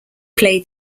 played